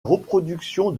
reproduction